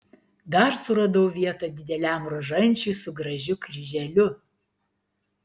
dar suradau vietą dideliam rožančiui su gražiu kryželiu